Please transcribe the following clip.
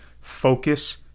focus